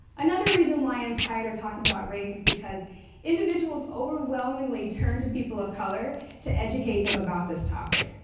another reason why i'm tired of talking about race is because individuals overwhelmingly turn to people of color to educate them about this topic,